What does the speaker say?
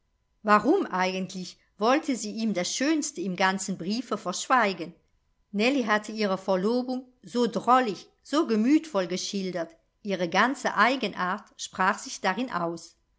warum eigentlich wollte sie ihm das schönste im ganzen briefe verschweigen nellie hatte ihre verlobung so drollig so gemütvoll geschildert ihre ganze eigenart sprach sich darin aus